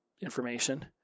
information